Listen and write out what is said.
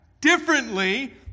differently